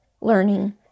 learning